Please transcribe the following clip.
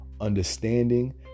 understanding